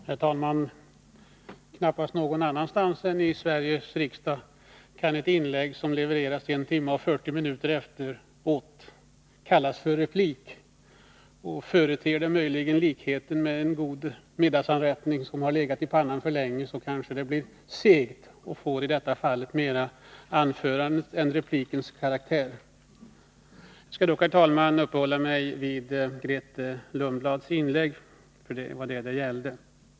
Herr talman! Knappast någon annanstans än i Sveriges riksdag kan ett inlägg som levereras efter en timme och 40 minuter kallas för en replik. Företer den möjligen likhet med en god middagsanrättning som legat i pannan för länge, kanske den blir seg och mera får anförandets än replikens karaktär. Jag skall dock herr talman, uppehålla mig vid Grethe Lundblads anförande, för det var detta det gällde.